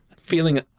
Feeling